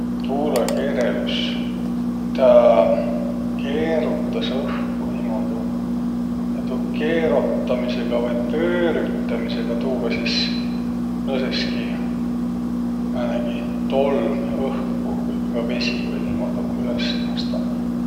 Tuulõkeerelüs? Tä keerutas õhku niimuudu. Ja tuu keerotamisõga vai pöörütämisega, tuuga sis nõsõski määnegi tolm õhku. Kuigi ka vesi või niimuudu üles nõstaq.